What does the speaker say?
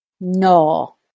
No